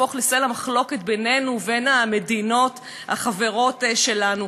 להפוך לסלע מחלוקת בינינו ובין המדינות החברות שלנו.